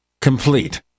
complete